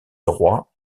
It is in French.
droit